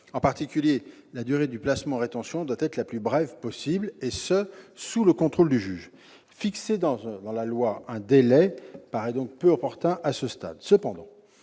En particulier, la durée du placement en rétention doit être la plus brève possible, sous le contrôle du juge. Fixer dans la loi un délai paraît donc peu opportun à ce stade.